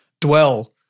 dwell